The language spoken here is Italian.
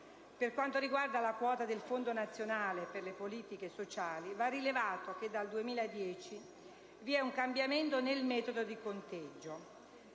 Per quanto riguarda la quota del Fondo nazionale per le politiche sociali, va rilevato che dal 2010 vi è un cambiamento nel metodo di conteggio.